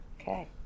Okay